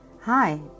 Hi